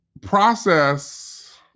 Process